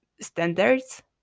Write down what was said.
standards